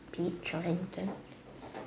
pitch or anything